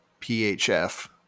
PHF